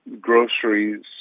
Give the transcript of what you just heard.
groceries